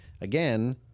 again